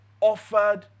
offered